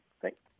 Thanks